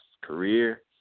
career